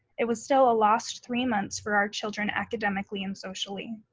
it was still a lost three months for our children academically and socially.